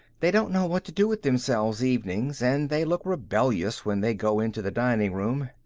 they don't know what to do with themselves evenings, and they look rebellious when they go into the dining-room.